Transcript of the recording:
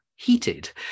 heated